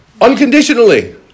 Unconditionally